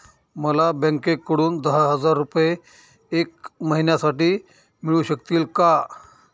मला बँकेकडून दहा हजार रुपये एक महिन्यांसाठी मिळू शकतील का?